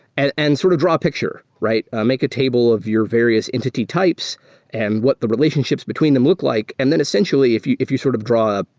and and sort of draw picture, right? make a table of your various entity types and what the relationships between them look like, and then essentially if you if you sort of draw